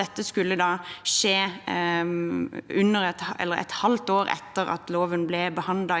Dette skulle skje et halvt år etter at loven ble behandlet i Stortinget,